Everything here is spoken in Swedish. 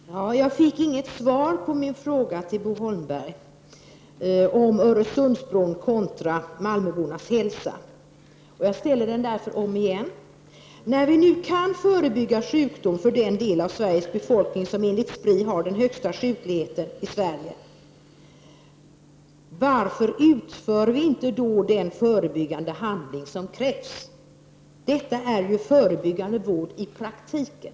Herr talman! Jag fick inget svar på min fråga till Bo Holmberg om Öresundsbron kontra malmöbornas hälsa. Jag ställer den därför om igen. När vi nu kan förebygga sjukdom hos den del av befolkningen som enligt Spri har den högsta sjukfrekvensen i Sverige, varför utför vi inte då den förebyggande handling som krävs? Detta är förebyggande vård i praktiken.